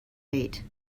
hate